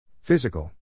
Physical